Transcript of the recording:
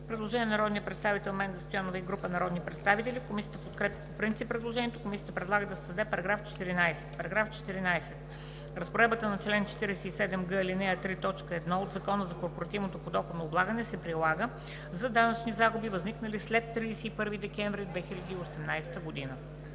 Предложение от народния представител Менда Стоянова и група народни представители. Комисията подкрепя по принцип предложението. Комисията предлага се създаде § 14: „§ 14. Разпоредбата на чл. 47г, ал. 3, т. 1 от Закона за корпоративното подоходно облагане се прилага за данъчни загуби, възникнали след 31 декември 2018 г.“